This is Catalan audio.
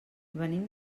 venim